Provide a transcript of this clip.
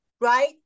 right